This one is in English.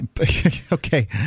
Okay